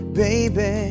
baby